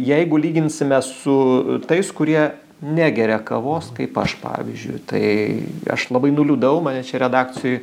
jeigu lyginsime su tais kurie negeria kavos kaip aš pavyžiui tai aš labai nuliūdau mane čia redakcijoj